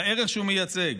לערך שהוא מייצג,